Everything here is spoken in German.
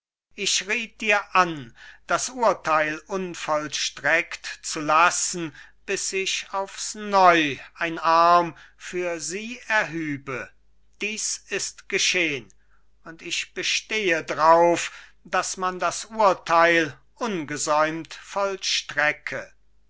ich riet dir an das urteil unvollstreckt zu lassen bis sich aufs neu ein arm für sie erhübe dies ist geschehn und ich bestehe drauf daß man das urteil ungesäumt vollstrecke